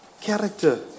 character